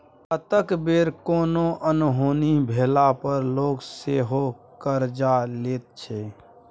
कतेक बेर कोनो अनहोनी भेला पर लोक सेहो करजा लैत छै